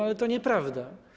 Ale to nieprawda.